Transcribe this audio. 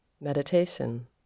Meditation